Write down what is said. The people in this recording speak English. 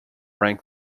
rank